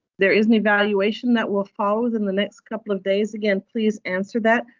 there is an evaluation that will follow within the next couple of days. again, please answer that.